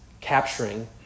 capturing